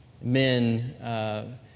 men